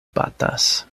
batas